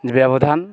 ব্যবধান